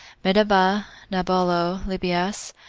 medaba, naballo, libias,